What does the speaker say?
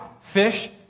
fish